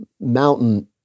mountain